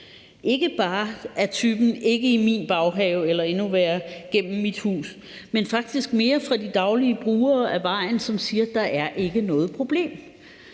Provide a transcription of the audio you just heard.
ikke skal være i min baghave eller – endnu værre – gennem mit hus, men faktisk mere fra de daglige brugere af vejen, som siger, at der ikke er noget problem.